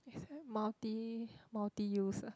it's like multi multi use ah